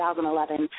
2011